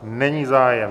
Není zájem.